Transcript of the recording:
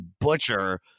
butcher